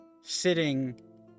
sitting